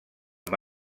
amb